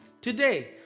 Today